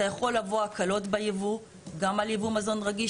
אתה יכול להביא הקלות בייבוא גם על ייבוא מזון רגיש,